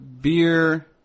beer